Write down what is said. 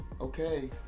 okay